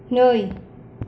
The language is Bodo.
नै